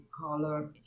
color